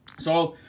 so,